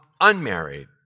unmarried